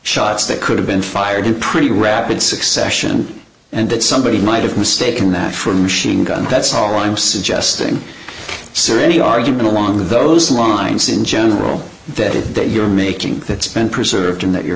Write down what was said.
shots that could have been fired in pretty rapid succession and that somebody might have mistaken that for a machine gun that's all i'm suggesting syria any argument along those lines in general that is that you're making that spend preserved and that you're